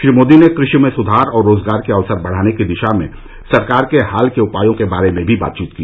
श्री मोदी ने कृषि में सुधार और रोजगार के अवसर बढ़ाने की दिशा में सरकार के हाल के उपायों के बारे में भी बातचीत की